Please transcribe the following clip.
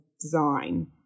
design